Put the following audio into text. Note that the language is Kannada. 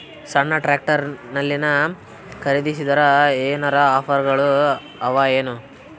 ಸಣ್ಣ ಟ್ರ್ಯಾಕ್ಟರ್ನಲ್ಲಿನ ಖರದಿಸಿದರ ಏನರ ಆಫರ್ ಗಳು ಅವಾಯೇನು?